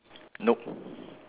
nope